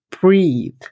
breathe